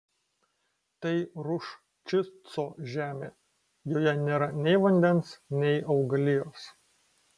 tai ruščico žemė joje nėra nei vandens nei augalijos